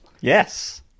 Yes